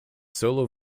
solo